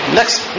next